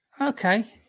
Okay